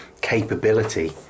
capability